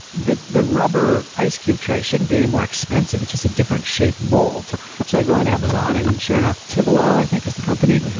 the the rubber ice cube tray shouldn't be any more expensive. it's just a different shape mold. so i go on amazon and, and sure enough, tivolo, i think is the company,